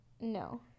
No